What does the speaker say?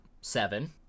Seven